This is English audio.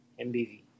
MBV